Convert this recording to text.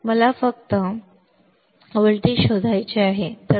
मला फक्त व्होल्टेज शोधायचे होते